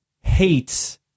hates